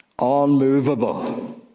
unmovable